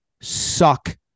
suck